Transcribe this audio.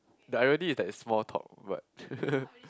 the irony is that is small talk but